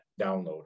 download